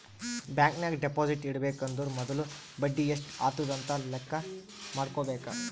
bank ನಾಗ್ deposit ಇಡಬೇಕ ಅಂದುರ್ ಮೊದುಲ ಬಡಿ ಎಸ್ಟ್ ಆತುದ್ ಅಂತ್ ಲೆಕ್ಕಾ ಮಾಡ್ಕೋಬೇಕ